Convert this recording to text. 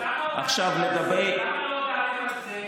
אז למה לא הודעתם על זה?